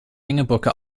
hängebrücke